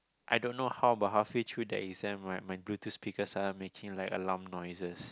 I don't know how but halfway through the exam my bluetooth speaker starting making like alarm noises